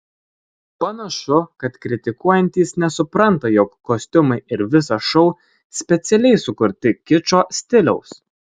panašu kad kritikuojantys nesupranta jog kostiumai ir visas šou specialiai sukurti kičo stiliaus